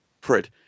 Fred